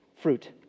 Fruit